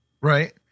right